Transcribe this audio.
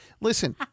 listen